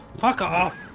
fuck ah off.